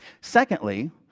Secondly